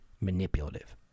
manipulative